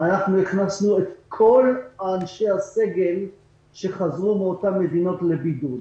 אנחנו הכנסנו את כל אנשי הסגל שחזרו מאותן מדינות לבידוד,